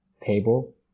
table